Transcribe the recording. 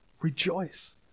Rejoice